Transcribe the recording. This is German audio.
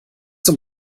zum